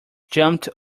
jumped